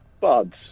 Buds